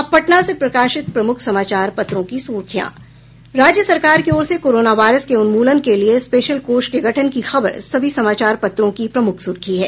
अब पटना से प्रकाशित प्रमुख समाचार पत्रों की सुर्खियां राज्य सरकार की ओर से कोरोना वायरस के उन्मूलन के लिये स्पेशल कोष के गठन की खबर सभी समाचार पत्रों की प्रमुख सुर्खी है